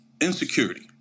insecurity